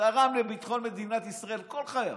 תרם לביטחון מדינת ישראל כל חייו,